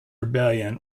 rebellion